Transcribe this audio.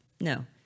No